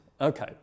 Okay